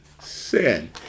sin